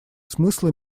смысла